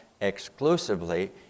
exclusively